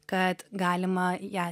kad galima ją